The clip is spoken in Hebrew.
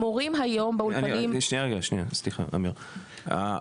סליחה רגע אמירה,